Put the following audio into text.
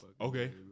Okay